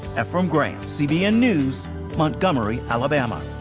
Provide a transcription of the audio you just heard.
efrem graham, cbn news, montgomery alabama.